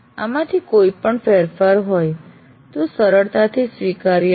આમાંથી કોઈપણ ફેરફાર હોય તો સરળતાથી સ્વીકાર્ય નથી